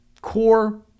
core